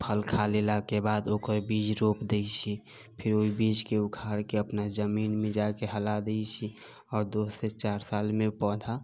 फल खा लेलाके बाद ओकर बीज रोप दै छी फिर ओहि बीजके उखार के अपना जमीन मे जा के हला दै छी आओर दू से चार साल मे पौधा